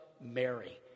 Mary